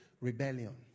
rebellion